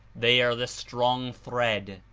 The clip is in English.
they are the strong thread,